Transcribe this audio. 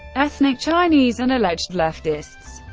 ethnic chinese and alleged leftists.